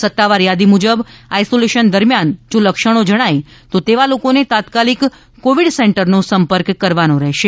સત્તાવાર યાદી મુજબ આઈશોલેશન દરમ્યાન જો લક્ષણો જણાય તો એવા લોકોને તાત્કાલિક કોવિડ સેન્ટરનો સંપર્ક કરવાનો રહેશે